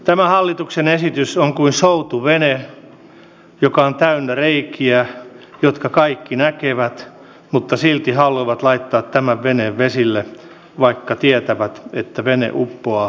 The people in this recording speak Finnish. tämä hallituksen esitys on kuin soutuvene joka on täynnä reikiä jotka kaikki näkevät mutta silti haluavat laittaa tämän veneen vesille vaikka tietävät että vene uppoaa takuuvarmasti